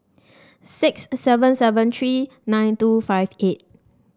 six seven seven three nine two five eight